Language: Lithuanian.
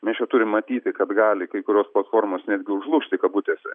mes čia turim matyti kad gali kai kurios platformos netgi užlūžti kabutėse